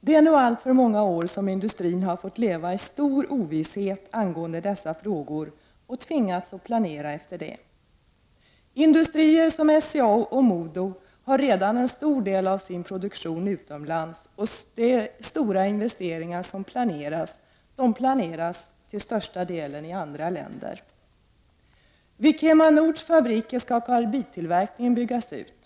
Det är nu alltför många år som industrin har fått leva i stor ovisshet angående dessa frågor och tvingats planera härefter. Industrier som SCA och MoDo har redan en stor del av sin produktion utomlands, och stora investeringar planeras — men till största delen i andra länder. Vid KemaNords fabriker skall karbidtillverkningen byggas ut.